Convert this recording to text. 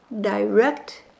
direct